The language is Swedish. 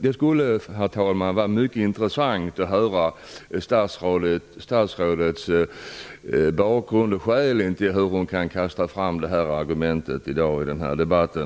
Det skulle vara mycket intressant att höra statsrådets skäl till att hon kan kasta fram det här argumentet i dag i den här debatten.